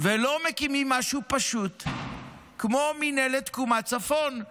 ולא מקימים משהו פשוט כמו מינהלת תקומה צפון.